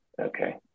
Okay